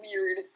weird